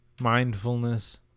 mindfulness